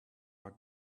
are